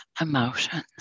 emotions